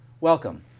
Welcome